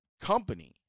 company